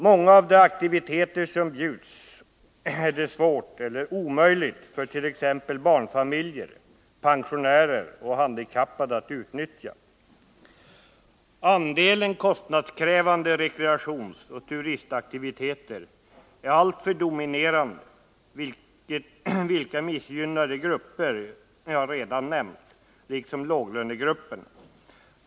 Många av de aktiviteter som bjuds är det svårt eller omöjligt fört.ex. barnfamiljer, pensionärer och handikappade att utnyttja. Andelen kostnadskrävande rekreationsoch turistaktiviteter är alltför dominerande, vilka missgynnar de grupper jag redan nämnt, liksom låglönegrupperna.